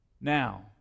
Now